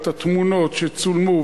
את התמונות שצולמו,